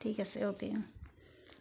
ঠিক আছে অ'কে